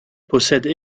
possède